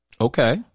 Okay